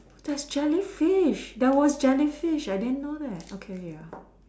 there's Jellyfish there was Jellyfish I didn't know that okay ya